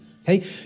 Okay